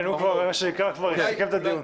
רגע --- כן, הוא כבר מה שנקרא סיכם את הדיון.